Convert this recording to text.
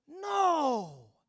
No